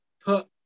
Put